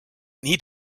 need